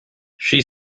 she